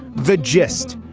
the gist.